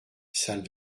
salle